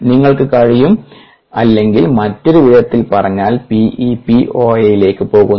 നിങ്ങൾക്ക് കഴിയും അല്ലെങ്കിൽ മറ്റൊരു വിധത്തിൽ പറഞ്ഞാൽ P E P OA ലേക്ക് പോകുന്നു